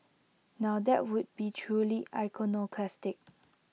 now that would be truly iconoclastic